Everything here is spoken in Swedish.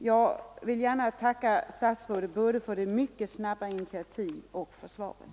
Jag vill gärna tacka statsrådet både för det mycket snabba initiativet och för svaret.